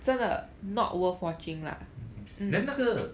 then 那个